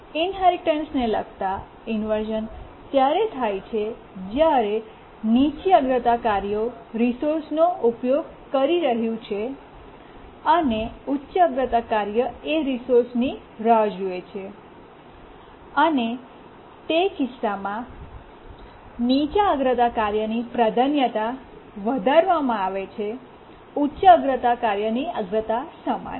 ઇન્હેરિટન્સને લગતા ઇન્વર્શ઼ન ત્યારે થાય છે જ્યારે નીચી અગ્રતા કાર્યો રિસોર્સ નો ઉપયોગ કરી રહ્યું છે અને ઉચ્ચ અગ્રતા કાર્ય એ રિસોર્સ માટે રાહ જુએ છે અને તે કિસ્સામાંનીચી અગ્રતા કાર્યની પ્રાધાન્યતા વધારવામાં આવે છે ઉચ્ચ અગ્રતા કાર્યની અગ્રતા સમાન